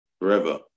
Forever